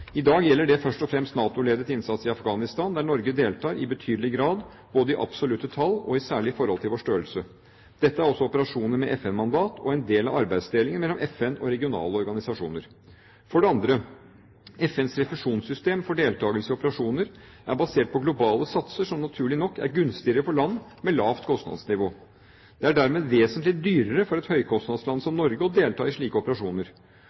I dag gjelder det først og fremst NATO-ledet innsats i Afghanistan, der Norge deltar i betydelig grad, både i absolutte tall og særlig i forhold til vår størrelse. Dette er også operasjoner med FN-mandat og en del av arbeidsdelingen mellom FN og regionale organisasjoner. For det andre: FNs refusjonssystem for deltakelse i operasjoner er basert på globale satser som naturlig nok er gunstigere for land med lavt kostnadsnivå. Det er dermed vesentlig dyrere for et høykostnadsland som Norge å delta i slike operasjoner.